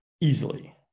easily